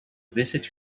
visit